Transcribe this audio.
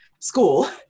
school